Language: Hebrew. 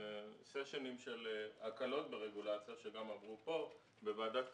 session-ים של הקלות ברגולציה שגם עברו פה בוועדת כספים.